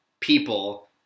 people